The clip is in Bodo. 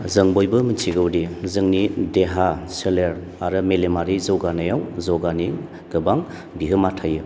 जों बयबो मिथिगौदि जोंनि देहा सोलेर आरो मेलेमारि जौगानायाव ज'गानि गोबां बिहोमा थायो